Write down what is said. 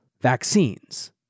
Vaccines